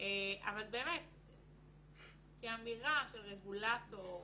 באמת כאמירה של רגולטור